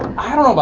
i don't know about